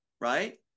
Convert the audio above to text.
right